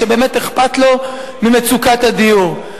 שבאמת אכפת לו ממצוקת הדיור,